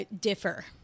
differ